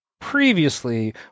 previously